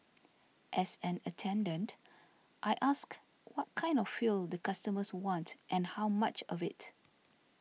as an attendant I ask what kind of fuel the customers want and how much of it